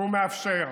והוא מאפשר.